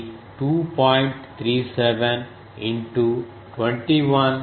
37 21 0